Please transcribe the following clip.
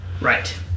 right